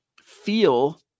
feel